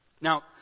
now